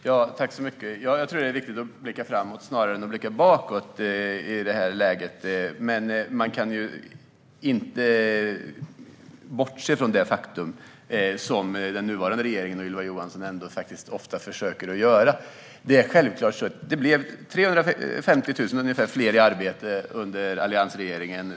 Fru talman! Jag tror att det är viktigt att vi i det här läget blickar framåt snarare än bakåt. Man kan dock inte - vilket den nuvarande regeringen och Ylva Johansson ofta försöker att göra - bortse från det faktum att 350 000 fler människor kom i arbete under alliansregeringen.